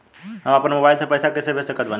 हम अपना मोबाइल से पैसा कैसे भेज सकत बानी?